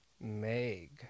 Meg